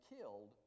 killed